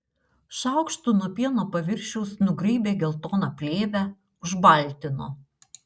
šaukštu nuo pieno paviršiaus nugraibė geltoną plėvę užbaltino